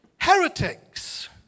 heretics